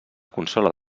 consola